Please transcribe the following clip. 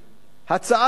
הצעת חוק